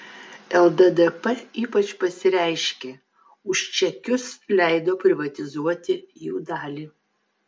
lddp ypač pasireiškė už čekius leido privatizuoti jų dalį